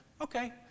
okay